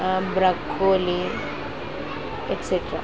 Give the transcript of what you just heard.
broccoli ఎక్సేక్టా